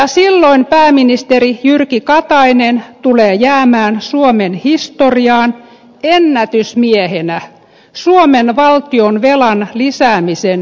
ja silloin pääministeri jyrki katainen tulee jäämään suomen historiaan ennätysmiehenä suomen valtionvelan lisäämisen ennätysmiehenä